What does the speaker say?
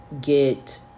get